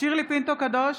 שירלי פינטו קדוש,